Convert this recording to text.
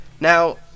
Now